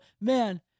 man